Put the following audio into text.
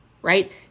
right